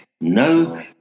No